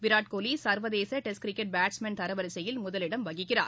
விராட்கோலி சா்வதேச test cricket batsman தர வரிசையில் முதலிடம் வகிக்கிறார்